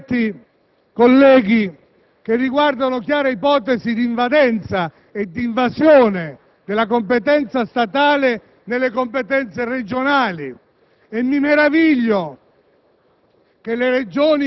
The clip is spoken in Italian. Vi sono poi aspetti, colleghi, che riguardano chiare ipotesi di invadenza e di invasione della competenza statale nelle competenze regionali, e mi meraviglio